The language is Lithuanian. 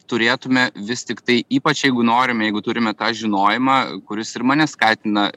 turėtume vis tiktai ypač jeigu norime jeigu turime tą žinojimą kuris ir mane skatina